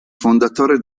fondatore